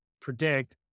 predict